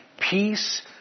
peace